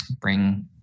bring